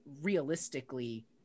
realistically